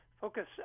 focus